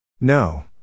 No